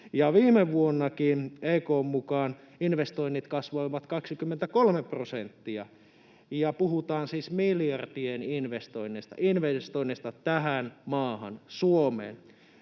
viime vuonnakin EK:n mukaan investoinnit kasvoivat 23 prosenttia. Puhutaan siis miljardien investoinneista, investoinneista tähän maahan, Suomeen.